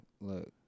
look